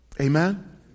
Amen